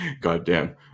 Goddamn